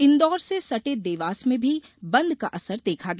इंदौर से सटे देवास में भी बंद का असर देखा गया